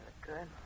good